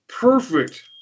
perfect